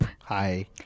Hi